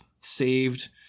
saved